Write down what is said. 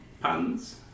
puns